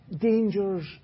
dangers